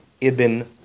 ibn